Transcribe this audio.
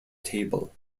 table